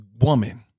woman